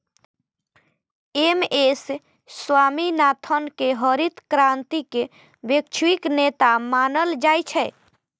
M S Swaminathan कें हरित क्रांतिक वैश्विक नेता मानल जाइ छै